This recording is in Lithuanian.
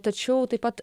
tačiau taip pat